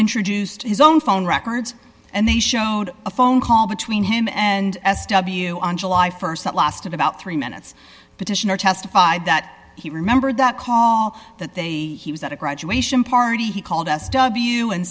introduced his own phone records and they showed a phone call between him and s w on july st that lasted about three minutes petitioner testified that he remembered that call that they he was at a graduation party he called us wu and